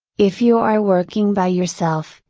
if you are working by yourself,